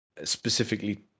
Specifically